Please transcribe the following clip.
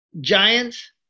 Giants